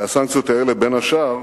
והסנקציות האלה, בין השאר,